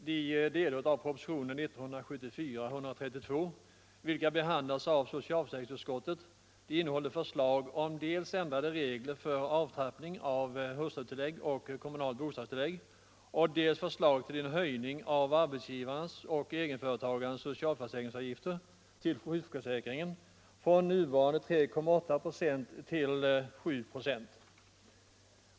Herr talman! De delar av propositionen 132 vilka behandlas i socialförsäkringsutskottets betänkande nr 33 innehåller förslag om dels ändrade regler för avtrappning av hustrutillägg och kommunalt bostadstilllägg, dels förslag till höjning av arbetsgivares och egenföretagares socialförsäkringsavgifter till sjukförsäkringen från nuvarande 3,8 procent till 7 procent.